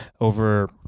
over